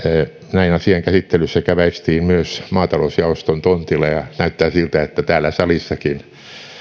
näin asian käsittelyssä käväistiin myös maatalousjaoston tontilla ja näyttää siltä että täällä salissakin